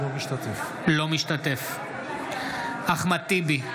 אינו משתתף בהצבעה אחמד טיבי,